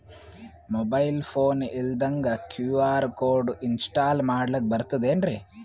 Mobile phone ಇಲ್ದಂಗ QR code install ಮಾಡ್ಲಕ ಬರ್ತದೇನ್ರಿ?